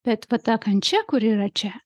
bet va ta kančia kuri yra čia